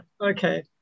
Okay